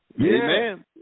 Amen